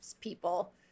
people